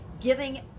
giving